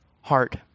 heart